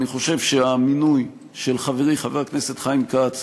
אני חושב שהמינוי של חברי חבר הכנסת חיים כץ,